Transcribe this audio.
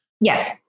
Yes